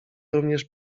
również